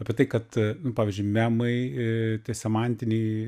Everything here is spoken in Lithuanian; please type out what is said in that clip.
apie tai kad pavyzdžiui memai tie semantiniai